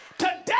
Today